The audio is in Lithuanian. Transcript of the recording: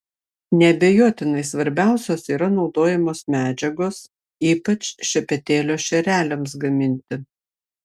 neabejotinai svarbiausios yra naudojamos medžiagos ypač šepetėlio šereliams gaminti